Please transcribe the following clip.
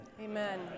Amen